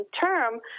Term